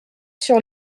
sur